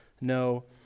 no